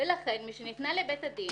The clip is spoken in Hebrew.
"ולכן, משניתנה לבית הדין